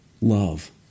love